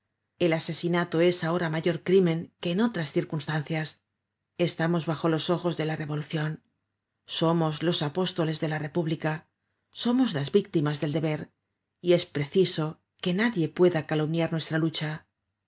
el asesinato es ahora mayor crimen que en otras circunstancias estamos bajo los ojos de la revolucion somos los apóstoles de la república somos las víctimas del deber y es preciso que nadie pueda calumniar nuestra lucha